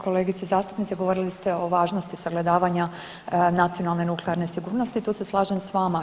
Kolegice zastupnice, govorili ste o važnosti sagledavanja nacionalne nuklearne sigurnosti i tu se slažem s vama.